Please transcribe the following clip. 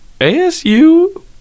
ASU